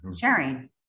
sharing